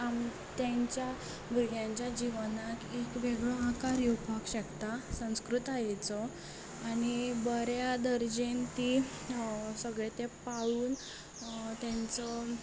आमच्या तांच्या भुरग्यांच्या जिवनान एक वेगळो आकार येवपाक शकता संस्कृतायेचो आनी बऱ्या दर्जेन सगळें तीं पाळून तेंचो